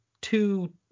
two